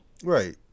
Right